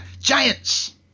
giants